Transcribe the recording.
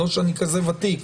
לא שאני כזה ותיק,